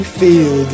feel